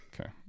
Okay